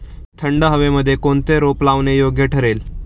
थंड हवेमध्ये कोणते रोप लावणे योग्य ठरेल?